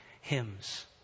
hymns